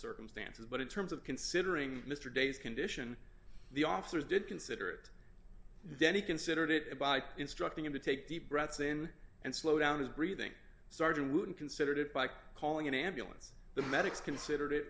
circumstances but in terms of considering mr day's condition the officers did consider it then he considered it by instructing him to take deep breaths in and slow down his breathing sergeant wouldn't considered it by calling an ambulance the medics considered it